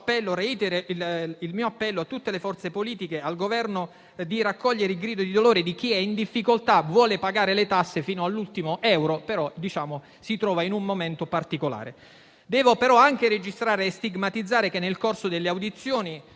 appello a tutte le forze politiche e al Governo di raccogliere il grido di dolore di chi è in difficoltà, vuole pagare le tasse fino all'ultimo euro, però si trova in un momento particolare. Devo però anche registrare e stigmatizzare che, nel corso delle audizioni